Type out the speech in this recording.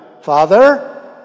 Father